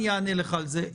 אני אענה לך על זה.